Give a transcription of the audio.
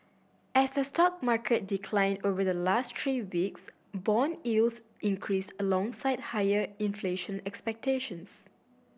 as the stock market declined over the last three weeks bond yields increased alongside higher inflation expectations